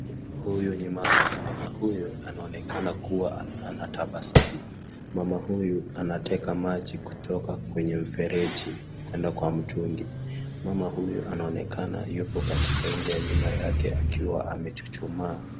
Huyu ni mama, mama huyu anaonekana anatabasamu . Mama huyu anateka maji kutoka kwenye mfereji kwenda kwa mtungi. Mama huyu anaonekana yupo katika nje ya nyumba yake akiwa amechuchumaa.